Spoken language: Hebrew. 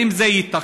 האם זה ייתכן?